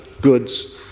goods